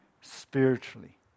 spiritually